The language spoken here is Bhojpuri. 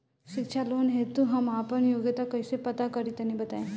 शिक्षा लोन हेतु हम आपन योग्यता कइसे पता करि तनि बताई?